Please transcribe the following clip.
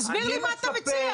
תסביר לי מה אתה מציע?